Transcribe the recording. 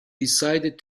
decided